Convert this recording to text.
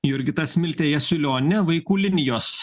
jurgita smiltė jasiulionė vaikų linijos